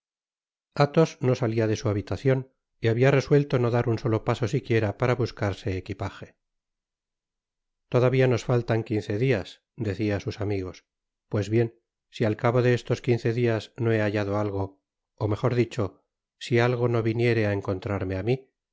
athos no salia de su habitacion y habia resuelto no dar un solo paso siquiera para buscarse equipaje todavia nos faltan quince dias decia á sus amigos pues bien si al cabo de estos quince dias no he hallado algo ó mejor dicho si algo no viniere á encontrarme á mi